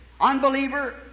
unbeliever